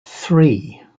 three